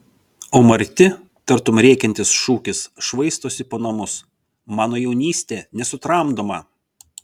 o marti tartum rėkiantis šūkis švaistosi po namus mano jaunystė nesutramdoma